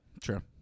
true